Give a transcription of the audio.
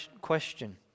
question